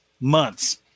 months